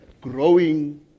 growing